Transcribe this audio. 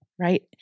Right